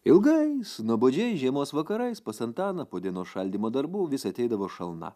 ilgais nuobodžiais žiemos vakarais pas antaną po dienos šaldymo darbų vis ateidavo šalna